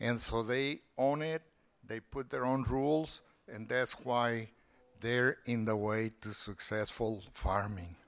and so they own it they put their own rules and that's why they're in the way to successful farming